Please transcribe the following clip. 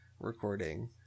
recording